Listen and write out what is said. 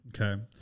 okay